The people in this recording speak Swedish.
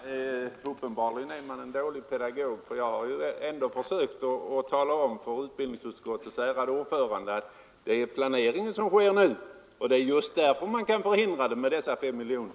Herr talman! Uppenbarligen är man en dålig pedagog. Jag har försökt tala om för utbildningsutskottets ärade ordförande att det är planeringen som sker nu och att det är just därför dessa 5 miljoner kan förhindra nedläggningen av skolor.